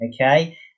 Okay